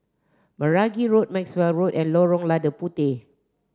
Meragi Road Maxwell Road and Lorong Lada Puteh